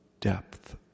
Depth